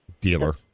dealer